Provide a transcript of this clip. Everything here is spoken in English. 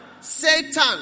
Satan